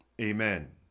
Amen